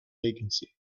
vacancy